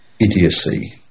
idiocy